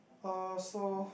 uh so